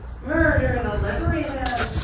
murder the liveryman,